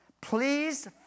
Please